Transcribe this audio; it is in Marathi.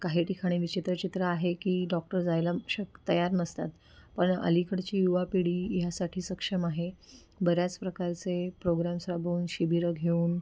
काही ठिकाणी विचित्र चित्र आहे की डॉक्टर जायला शक तयार नसतात पण अलीकडची युवा पिढी ह्यासाठी सक्षम आहे बऱ्याच प्रकारचे प्रोग्रॅम्स राबवून शिबिरं घेऊन